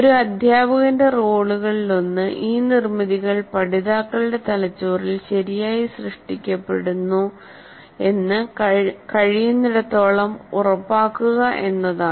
ഒരു അധ്യാപകന്റെ റോളുകളിലൊന്ന് ഈ നിർമ്മിതികൾ പഠിതാക്കളുടെ തലച്ചോറിൽ ശരിയായി സൃഷ്ടിക്കപ്പെടുന്നു എന്ന് കഴിയുന്നിടത്തോളം ഉറപ്പാക്കുക എന്നതാണ്